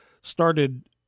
started